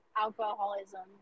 alcoholism